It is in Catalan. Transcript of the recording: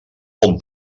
hom